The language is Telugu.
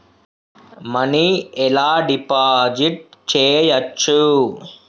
మనీ ఎలా డిపాజిట్ చేయచ్చు?